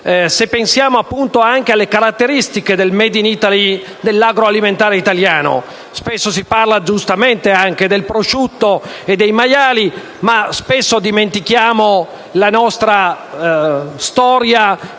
Se pensiamo anche alle caratteristiche del *made in Italy* dell'agro alimentare italiano, spesso si parla, giustamente, del prosciutto e dei maiali, ma spesso si dimentica la nostra storia